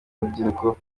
urubyiruko